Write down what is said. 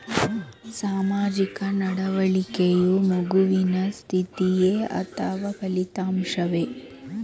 ಸಾಮಾಜಿಕ ನಡವಳಿಕೆಯು ಮಗುವಿನ ಸ್ಥಿತಿಯೇ ಅಥವಾ ಫಲಿತಾಂಶವೇ?